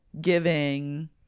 giving –